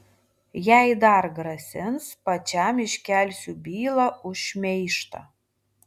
jei dar grasins pačiam iškelsiu bylą už šmeižtą